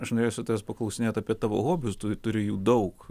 aš norėsiu tavęs paklausinėt apie tavo hobius tu turi jų daug